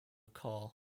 car